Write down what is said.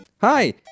Hi